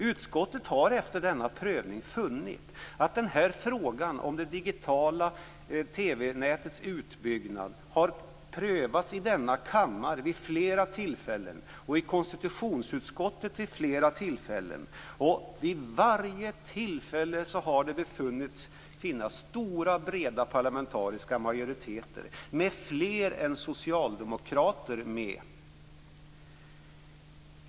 Utskottet har efter denna prövning funnit att frågan om det digitala TV nätets utbyggnad har prövats i denna kammare vid flera tillfällen och i konstitutionsutskottet vid flera tillfällen. Vid varje tillfälle har det funnits stora breda parlamentariska majoriteter där fler än socialdemokrater varit med.